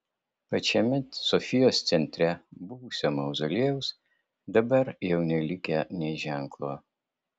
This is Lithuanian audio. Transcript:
pačiame sofijos centre buvusio mauzoliejaus dabar jau nelikę nė ženklo